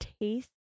taste